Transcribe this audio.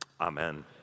Amen